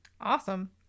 Awesome